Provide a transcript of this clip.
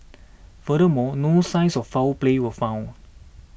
furthermore no signs of foul play were found